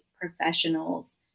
professionals